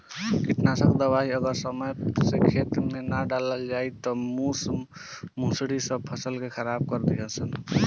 कीटनाशक दवाई अगर समय से खेते में ना डलाइल त मूस मुसड़ी सब फसल के खराब कर दीहन सन